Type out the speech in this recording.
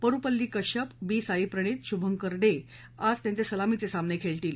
Parupalli Kashyap B Sai Praneeth Subhankar Dey त्यांचे सलामीचे सामने खेळतील